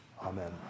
Amen